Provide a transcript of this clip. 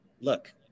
look